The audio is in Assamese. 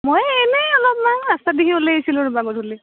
মই এনেই অলপমান ৰাস্তাদিগি ওলে আইছিলোঁ ৰ'বা গধূলি